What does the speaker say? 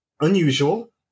unusual